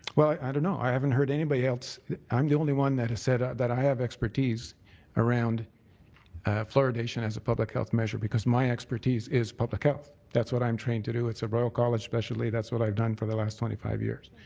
well, i don't know. i haven't heard anybody else i'm the only one that has said ah i have expertise around fluoridation as a public health measure because my expertise is public health. that's what i'm trained to do. it's a royal college specialty, that's what i've done for the last twenty five years.